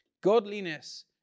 Godliness